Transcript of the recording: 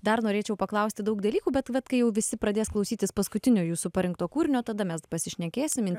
dar norėčiau paklausti daug dalykų bet vat kai jau visi pradės klausytis paskutinio jūsų parinkto kūrinio tada mes pasišnekėsim